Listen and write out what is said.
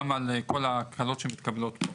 גם על כל ההקלות שמתקבלות פה.